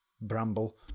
bramble